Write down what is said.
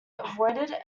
avoided